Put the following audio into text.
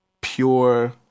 pure